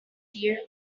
dear